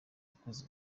yakoze